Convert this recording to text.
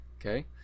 Okay